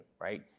right